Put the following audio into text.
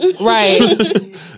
Right